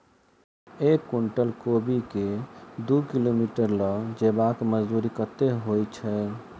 एक कुनटल कोबी केँ दु किलोमीटर लऽ जेबाक मजदूरी कत्ते होइ छै?